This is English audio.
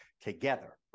together